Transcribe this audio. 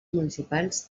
municipals